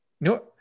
No